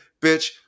bitch